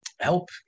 help